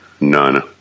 None